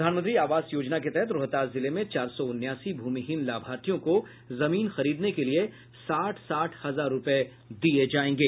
प्रधानमंत्री आवास योजना के तहत रोहतास जिले में चार सौ उनासी भूमिहिन लाभार्थियों को जमीन खरीदने के लिए साठ साठ हजार रूपये दिये जायेंगे